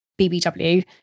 BBW